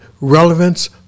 relevance